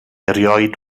erioed